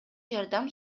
жардам